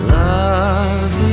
love